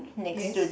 yes